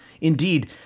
Indeed